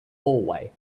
hallway